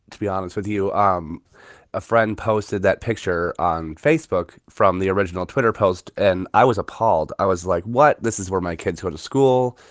to be honest with you. um a friend posted that picture on facebook from the original twitter post, and i was appalled. i was like, what? this is where my kids go to school.